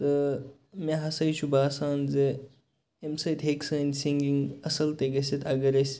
تہٕ مےٚ ہسا چھُ باسان زِ أمۍ سۭتۍ ہیٚکہِ سٲنۍ سِنٛگِنٛگ اصٕل تہِ گٔژِتھ اگر أسۍ